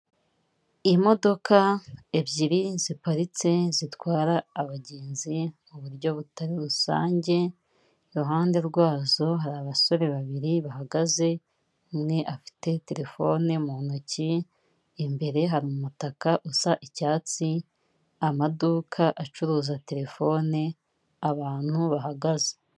Imodoka ebyiri ziparitse zitwara abagenzi mu buryo butari rusange, iruhande rwazo hari abasore babiri bahagaze, umwe afite telefone mu ntoki, imbere hari umutaka usa icyatsi, amaduka acuruza telefone abantu bahagaze.